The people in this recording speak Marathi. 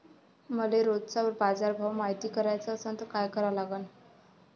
मले रोजचा बाजारभव मायती कराचा असन त काय करा लागन?